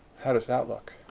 how does that look?